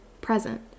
present